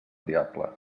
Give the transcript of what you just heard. diable